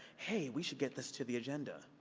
hey, we should get this to the agenda.